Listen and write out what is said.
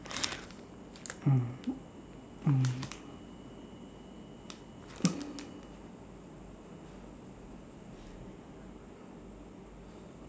mm mm